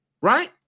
right